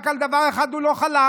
רק על דבר אחד הוא לא חלם,